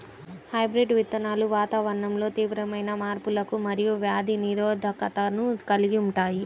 hybrid విత్తనాలు వాతావరణంలో తీవ్రమైన మార్పులకు మరియు వ్యాధి నిరోధకతను కలిగి ఉంటాయి